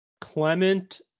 Clement